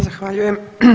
Zahvaljujem.